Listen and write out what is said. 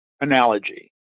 analogy